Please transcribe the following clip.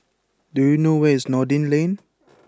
do you know where is Noordin Lane